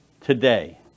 Today